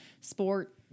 sport